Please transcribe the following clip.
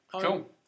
Cool